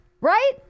right